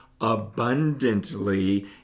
abundantly